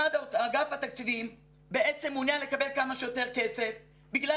אגף התקציבים בעצם מעוניין לקבל כמה שיותר כסף בגלל